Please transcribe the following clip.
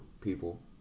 people